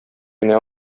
генә